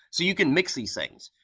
so you can mix these things.